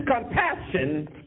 compassion